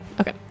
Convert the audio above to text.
Okay